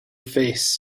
face